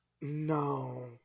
No